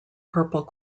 purple